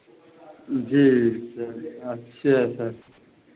जी sir अच्छा sir